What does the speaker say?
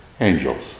angels